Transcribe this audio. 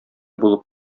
булып